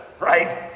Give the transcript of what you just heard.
right